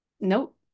Nope